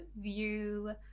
view